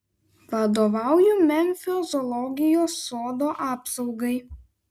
vadovauju memfio zoologijos sodo apsaugai